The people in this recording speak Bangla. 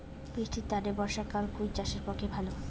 বৃষ্টির তানে বর্ষাকাল কুন চাষের পক্ষে ভালো?